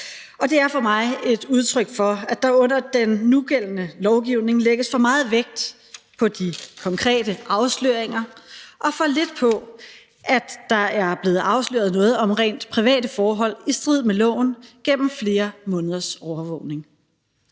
Det er for mig et udtryk for, at der under den nugældende lovgivning lægges for meget vægt på de konkrete afsløringer og for lidt på, at der er blevet afsløret noget om rent private forhold i strid med loven gennem flere måneders overvågning.